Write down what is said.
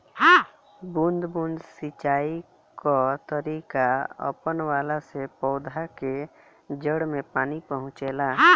बूंद बूंद सिंचाई कअ तरीका अपनवला से पौधन के जड़ में पानी पहुंचेला